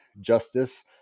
justice